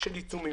של עיצומים.